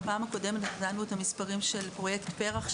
בפעם הקודמת נתנו את המספרים של פרויקט פר"ח,